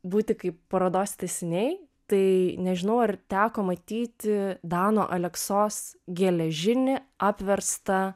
būti kaip parodos tęsiniai tai nežinau ar teko matyti dano aleksos geležinį apverstą